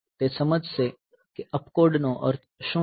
તે સમજશે કે અપકોડ નો અર્થ શું છે